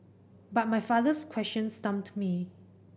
but my father's question stumped me